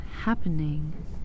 happening